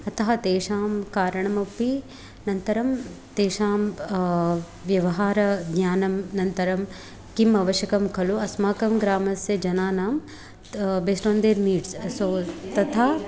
अतः तेषां कारणमपि अनन्तरं तेषां व्यवहारज्ञानं अनन्तरं किम् आवश्यकं खलु अस्माकं ग्रामस्य जनानां the best and their needs so तथा